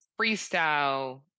freestyle